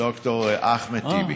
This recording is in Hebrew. ד"ר אחמד טיבי.